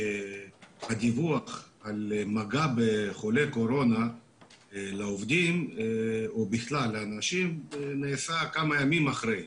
הדיווח על מגע עם חולה קורונה לעובדים ובכלל לאנשים נעשה כמה ימים אחרי.